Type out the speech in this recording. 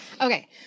Okay